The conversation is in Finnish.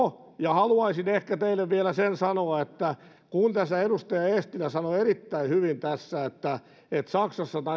haluaisin ehkä teille vielä sen sanoa että kun tässä edustaja eestilä sanoi erittäin hyvin että että saksassa